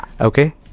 Okay